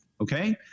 Okay